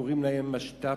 קוראים להם משת"פים,